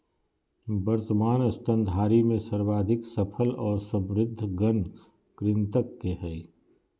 वर्तमान स्तनधारी में सर्वाधिक सफल और समृद्ध गण कृंतक के हइ